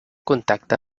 contacte